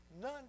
none